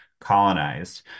colonized